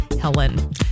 Helen